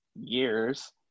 years